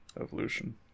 evolution